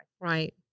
Right